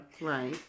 Right